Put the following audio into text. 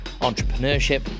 entrepreneurship